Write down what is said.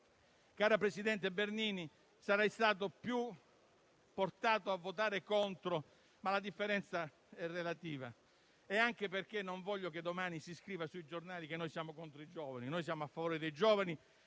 cara presidente Bernini, sarei stato più portato a votare contro, ma la differenza è relativa, anche perché non voglio che domani si scriva sui giornali che siamo contro i giovani. Noi siamo a favore dei giovani,